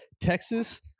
Texas